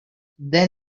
then